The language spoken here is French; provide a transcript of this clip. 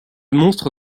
monstre